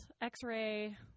x-ray